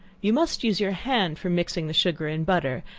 you must use your hand for mixing the sugar and butter,